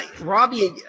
Robbie